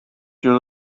your